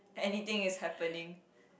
anything is happening